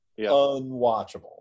Unwatchable